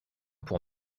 pour